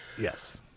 Yes